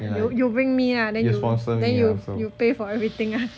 okay lah you sponsor me also